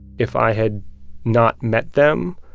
if i had not met them,